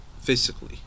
Physically